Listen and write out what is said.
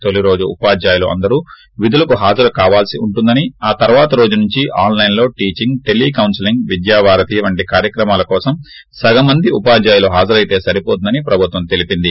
తొలి రోజు ఉపాధ్యాయులు అందరూ విధులకు హాజరు కావాల్సి ఉంటుందని ఆ తర్వాతి రోజు నుంచి ఆన్లైన్ టీచింగ్ టెలి కౌన్సెలింగ్ విద్యా వారధి వంటి కార్యక్రమాల కోసం సగం మంది ఉపాధ్యాయులు హాజరైతే సరిపోతుందని ప్రభుత్వం తెలిపింది